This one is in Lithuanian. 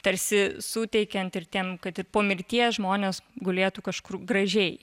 tarsi suteikiant ir tiem kad po mirties žmonės gulėtų kažkur gražiai